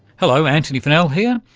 hello, antony funnell here,